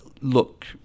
look